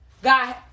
God